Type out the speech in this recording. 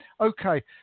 Okay